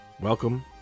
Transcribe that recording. welcome